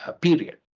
period